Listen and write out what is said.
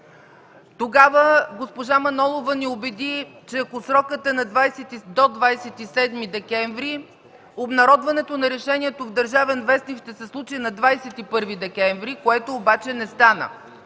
Тогава госпожа Манолова ни убеди, че ако срокът е до 27 декември, обнародването на решението в „Държавен вестник” ще се случи на 21 декември, което обаче не стана.